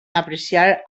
apreciar